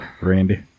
Randy